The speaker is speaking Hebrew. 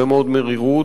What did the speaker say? הרבה מאוד מרירות,